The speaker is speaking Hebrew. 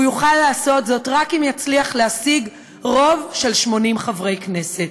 הוא יוכל לעשות זאת רק אם יצליח להשיג רוב של 80 חברי כנסת.